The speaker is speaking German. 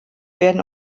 werden